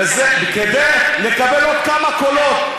וזה כדי לקבל עוד כמה קולות.